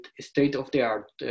state-of-the-art